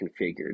configured